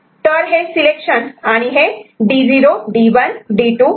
तर हे सिलेक्शन आणि हे D0 D1 D2 D3 आहेत